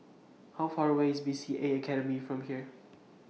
How Far away IS B C A Academy from here